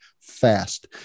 fast